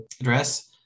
address